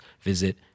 visit